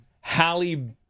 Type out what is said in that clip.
Halle